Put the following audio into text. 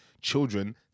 children